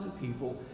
people